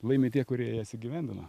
laimi tie kurie jas įgyvendina